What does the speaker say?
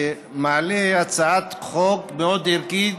שמעלה הצעת חוק מאוד ערכית,